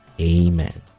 Amen